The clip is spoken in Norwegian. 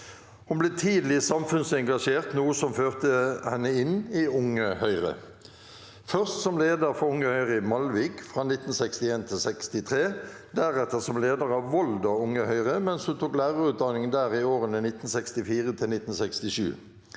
Hun ble tidlig samfunnsengasjert, noe som førte henne inn i Unge Høyre, først som leder for Unge Høyre i Malvik 1961– 1963, deretter som leder av Volda Unge Høyre mens hun tok lærerutdanning der i årene 1964–1967.